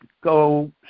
go